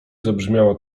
zabrzmiała